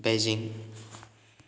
Beijing